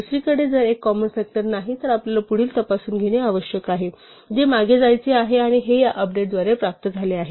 दुसरीकडे जर एक कॉमन फ़ॅक्टर नाही तर आपल्याला पुढील तपासून पुढे जाणे आवश्यक आहे जे मागे जायचे आहे आणि हे या अपडेट द्वारे प्राप्त झाले आहे